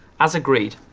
as agreed,